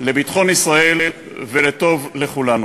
לביטחון ישראל ולטוב לכולנו.